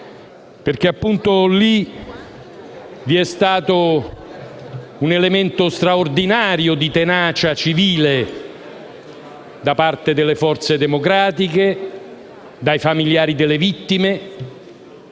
perché lì vi è stato un elemento straordinario di tenacia civile da parte delle forze democratiche e dei familiari delle vittime,